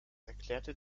erklärte